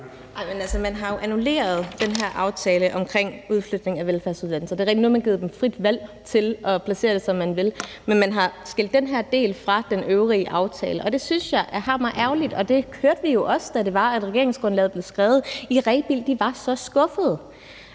Man har jo annulleret den her aftale omkring udflytning af velfærdsuddannelser. Det er rigtigt, at nu har man givet dem frit valg til at placere det, som de vil, men man har skilt den her del fra den øvrige aftale, og det synes jeg er hammerærgerligt. Vi hørte jo også, da regeringsgrundlaget blev skrevet, at de var så skuffede